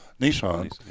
Nissan